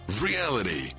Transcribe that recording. reality